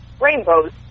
rainbows